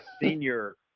senior